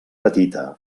petita